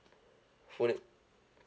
full na~